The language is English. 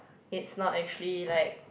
it's not actually like